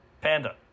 Panda